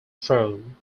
throne